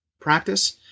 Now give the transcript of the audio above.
practice